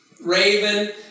Raven